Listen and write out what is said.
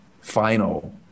final